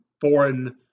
foreign